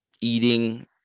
eating